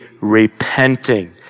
repenting